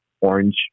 orange